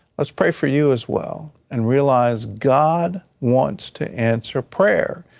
let's pray for you as well and realize god wants to answer prayer.